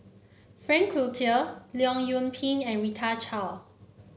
Frank Cloutier Leong Yoon Pin and Rita Chao